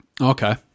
Okay